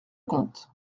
comte